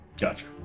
Gotcha